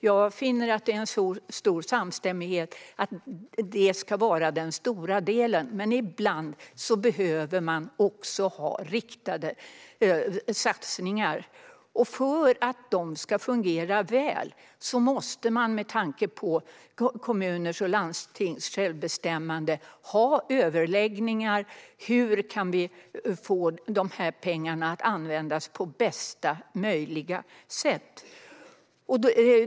Jag finner att det är en stor samstämmighet i att det ska vara den stora delen men att det ibland också behövs riktade satsningar. För att dessa ska fungera väl måste man, med tanke på kommuners och landstings självbestämmande, ha överläggningar om hur dessa pengar kan användas på bästa möjliga sätt.